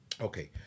Okay